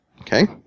Okay